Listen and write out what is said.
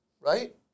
Right